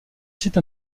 site